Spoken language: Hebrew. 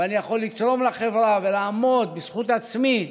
ואני יכול לתרום לחברה ולעמוד בזכות עצמי.